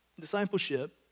Discipleship